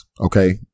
okay